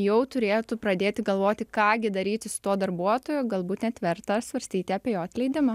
jau turėtų pradėti galvoti ką gi daryti su tuo darbuotoju galbūt net verta svarstyti apie jo atleidimą